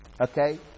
Okay